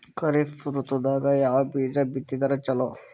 ಖರೀಫ್ ಋತದಾಗ ಯಾವ ಬೀಜ ಬಿತ್ತದರ ಚಲೋ?